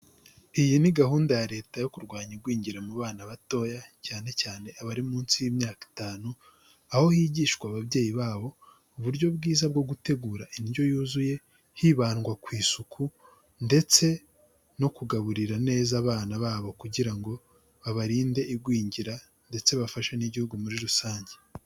Iyi ni gahunda ya leta yo kurwanya igwingira mu bana batoya cyane cyane abari munsi y'imyaka itanu aho higishwa ababyeyi babo uburyo bwiza bwo gutegura indyo yuzuye, hibandwa ku isuku ndetse no kugaburira neza abana babo kugira ngo babarinde igwingira ndetse bafashe n'igihugu muri rusange.